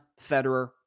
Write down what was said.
Federer